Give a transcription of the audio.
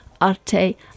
Arte